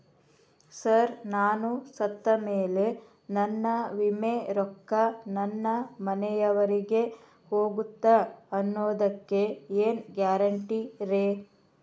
Sir ನಾನು ಸತ್ತಮೇಲೆ ನನ್ನ ವಿಮೆ ರೊಕ್ಕಾ ನನ್ನ ಮನೆಯವರಿಗಿ ಹೋಗುತ್ತಾ ಅನ್ನೊದಕ್ಕೆ ಏನ್ ಗ್ಯಾರಂಟಿ ರೇ?